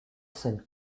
son